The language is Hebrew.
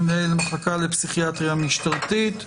מנהל מחלקה לפסיכיאטריה משטרתית.